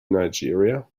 nigeria